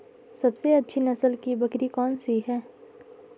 सबसे अच्छी नस्ल की बकरी कौन सी है?